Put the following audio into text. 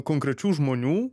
konkrečių žmonių